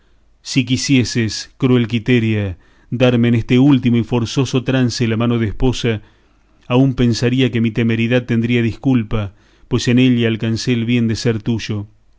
si quisieses cruel quiteria darme en este último y forzoso trance la mano de esposa aún pensaría que mi temeridad tendría desculpa pues en ella alcancé el bien de ser tuyo